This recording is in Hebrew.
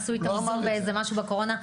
עשו איתם זום ואיזה משהו בקורונה,